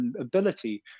ability